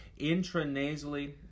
Intranasally